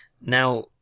Now